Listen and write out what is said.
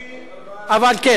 דיון אישי, אבל סיעתי.